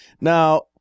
Now